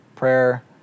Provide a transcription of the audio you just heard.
prayer